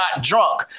drunk